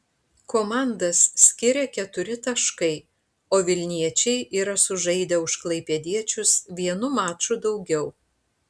komandas skiria keturi taškai o vilniečiai yra sužaidę už klaipėdiečius vienu maču daugiau